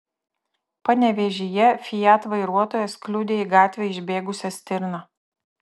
panevėžyje fiat vairuotojas kliudė į gatvę išbėgusią stirną